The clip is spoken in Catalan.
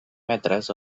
metres